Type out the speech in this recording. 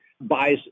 buys